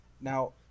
now